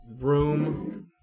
room